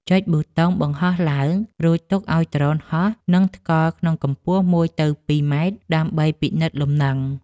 ចុចប៊ូតុងបង្ហោះឡើង រួចទុកឱ្យដ្រូនហោះនឹងថ្កល់ក្នុងកម្ពស់ ១ ទៅ ២ ម៉ែត្រដើម្បីពិនិត្យលំនឹង។